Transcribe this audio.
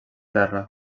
terra